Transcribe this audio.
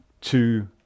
two